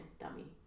dummy